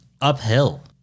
uphill